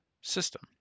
system